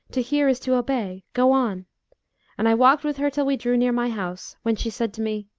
to hear is to obey! go on and i walked with her till we drew near my house, when she said to me,